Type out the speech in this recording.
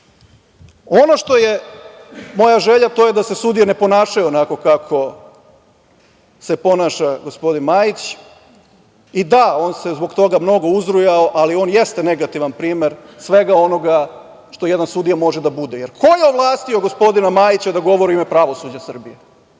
što je moja želja to je da se sudije ne ponašaju onako kako se ponaša gospodin Majić i da on se zbog toga mnogo uzrujao, ali on jeste negativan primer svega onoga što jedan sudija može da bude, jer ko je ovlastio gospodina Majića da govori u ime pravosuđa Srbije